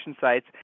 sites